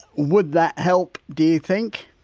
would that help do you think?